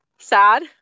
sad